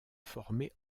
former